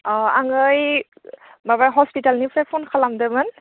अह आङो ओइ माबा हस्पितालनिफ्राय फन खालामदोंमोन